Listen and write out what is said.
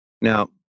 Now